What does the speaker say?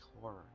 horror